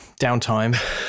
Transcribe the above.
downtime